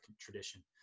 tradition